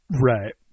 Right